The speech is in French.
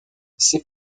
ces